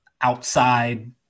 outside